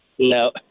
No